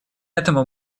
этому